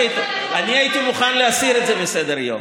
אני הייתי מוכן גם להסיר את זה מסדר-היום.